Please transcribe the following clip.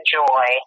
joy